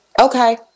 Okay